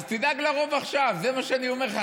אז תדאג לרוב עכשיו, זה מה שאני אומר לך.